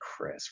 Chris